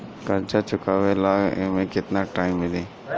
कर्जा चुकावे ला एमे केतना टाइम मिली?